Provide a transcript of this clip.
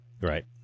Right